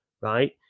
right